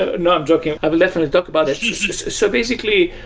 ah no i'm joking. i will definitely talk about. so basically,